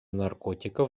наркотиков